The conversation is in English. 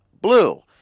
Blue